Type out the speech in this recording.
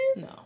No